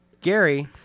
Gary